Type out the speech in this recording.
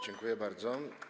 Dziękuję bardzo.